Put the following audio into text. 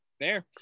Fair